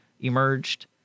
emerged